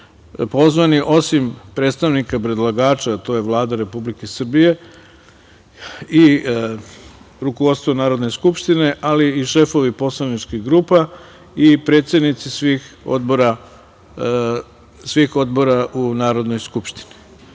pozvani, osim predstavnika predlagača, a to je Vlada Republike Srbije, i rukovodstvo Narodne skupštine, ali i šefovi poslaničkih grupa i predsednici svih odbora u Narodnoj skupštini. Zbog